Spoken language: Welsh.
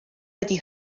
wedi